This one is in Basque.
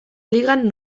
ligan